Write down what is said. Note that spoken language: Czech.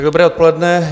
Dobré odpoledne.